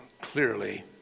clearly